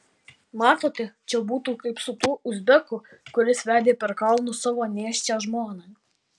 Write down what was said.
matote čia būtų kaip su tuo uzbeku kuris vedė per kalnus savo nėščią žmoną